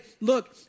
look